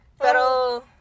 Pero